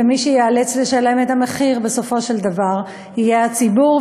ומי שייאלץ לשלם את המחיר בסופו של דבר יהיה הציבור.